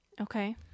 Okay